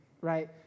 right